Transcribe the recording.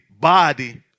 body